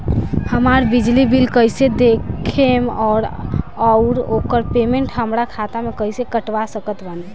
हमार बिजली बिल कईसे देखेमऔर आउर ओकर पेमेंट हमरा खाता से कईसे कटवा सकत बानी?